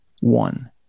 one